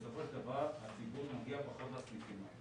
בסופו של דבר הציבור מגיע פחות לסניפים.